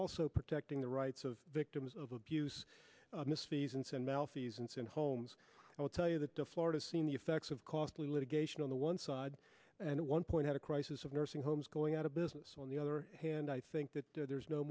also protecting the rights of victims of abuse misfeasance and malfeasance in homes i'll tell you that to florida seeing the effects of costly litigation on the one side and one point out a crisis of nursing homes going out of business on the other hand i think that there's no